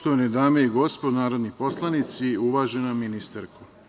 Poštovane dame i gospodo narodni poslanici, uvažena ministarko.